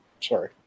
Sorry